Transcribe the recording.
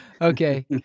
Okay